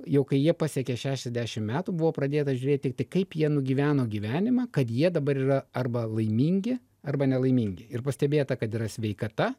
jau kai jie pasiekė šešiasdešimt metų buvo pradėta žiūrėti tai kaip jie nugyveno gyvenimą kad jie dabar yra arba laimingi arba nelaimingi ir pastebėta kad yra sveikata